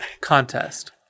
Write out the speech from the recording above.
contest